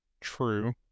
True